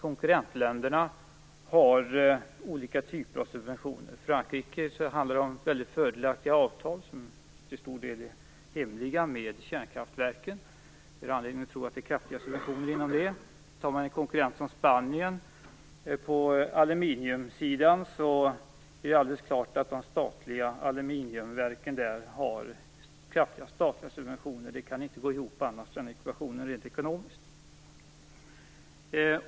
Konkurrentländerna har olika typer av subventioner. I Frankrike handlar det om mycket fördelaktiga avtal med kärnkraftverken som till stor del är hemliga. Det finns anledning att tro att det är kraftiga subventioner. Spanien är en konkurrent på aluminiumsidan. Det är alldeles klart att de statliga aluminiumverken där har kraftiga statliga subventioner. Annars kan ekvationen inte gå ihop rent ekonomiskt.